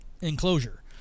enclosure